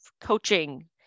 coaching